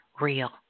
real